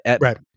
right